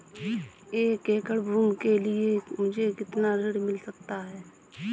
एक एकड़ भूमि के लिए मुझे कितना ऋण मिल सकता है?